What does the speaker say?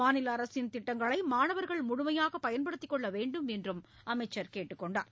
மாநில அரசின் திட்டங்களை மாணவர்கள் முழுமையாக பயன்படுத்திக் கொள்ள வேண்டும் என்றும் அமைச்சர் கேட்டுக் கொண்டார்